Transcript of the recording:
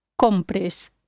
compres